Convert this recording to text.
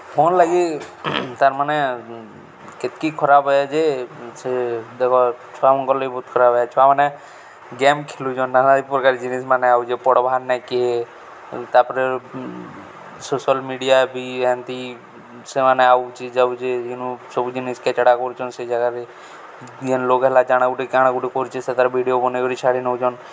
ମର୍ ଲାଗି ତାର୍ମାନେ କେତ୍କି ଖରାପ୍ ଏ ଯେ ସେ ଦେଖ ଛୁଆ ମନ୍କର୍ଲାଗି ବହୁତ୍ ଖରାପ୍ ଏ ଛୁଆମାନେ ଗେମ୍ ଖେଲୁଚନ୍ ନାନାଦି ପ୍ରକାର୍ ଜିନଷ୍ ମାନେ ଆଉଚେ ପଢ଼୍ବାର୍ ନାଇ କିଏ ତା'ପରେ ସୋସିଆଲ୍ ମିଡ଼ିଆ ବି ଏନ୍ତି ସେମାନେ ଆଉଛେ ଯାଉଚେ ଯେନୁ ସବୁ ଜିନିଷ୍ କେଚ୍ଡ଼ା କରୁଚନ୍ ସେ ଜାଗାରେ ଯେନ୍ ଲୋକ୍ ହେଲା ଜାଣା ଗୁଟେ କାଣା ଗୁଟେ କରୁଚେ ସେଟାର୍ ଭିଡ଼ିଓ ବନେଇକରି ଛାଡ଼ି ନଉଚନ୍